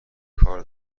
کار